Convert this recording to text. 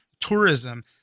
tourism